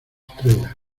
estrellas